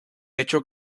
hecho